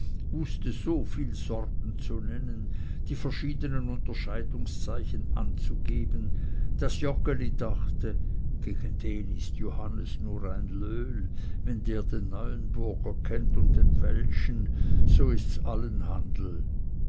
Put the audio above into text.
wußte so viel sorten zu nennen die verschiedenen unterscheidungszeichen anzugeben daß joggeli dachte gegen den ist johannes nur ein löhl wenn der den neuenburger kennt und den weltschen so ists allen handel